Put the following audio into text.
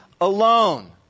alone